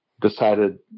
decided